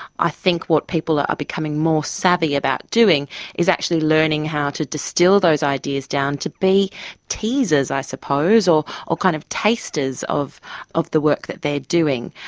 i think what people are becoming more savvy about doing is actually learning how to distil those ideas down to be teasers, i suppose, or or kind of tasters of of the work that they are doing.